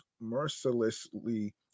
mercilessly